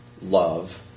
love